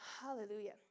Hallelujah